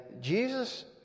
Jesus